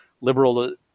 Liberal